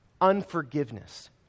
unforgiveness